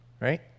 right